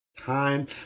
time